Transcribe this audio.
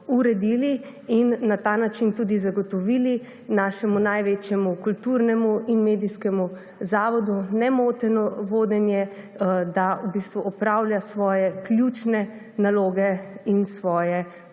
uredili in na ta način tudi zagotovili našemu največjemu kulturnemu in medijskemu zavodu nemoteno vodenje, da v bistvu opravlja svoje ključne naloge in svoje